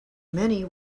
many